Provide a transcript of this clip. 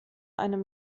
einem